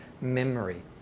memory